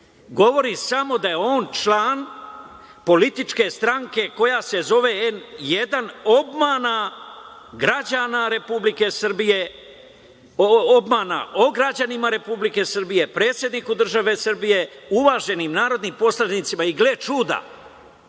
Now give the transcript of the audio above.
govori samo da je on član političke stranke koja se zove N1 obmana građana Republike Srbije, obmana o građanima Republike Srbije, predsedniku države Srbije, uvaženim narodnim poslanicima i gle čuda,